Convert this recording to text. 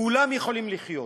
כולם יכולים לחיות.